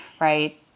right